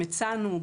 הצענו,